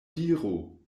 diru